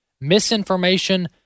misinformation